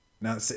Now